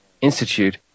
Institute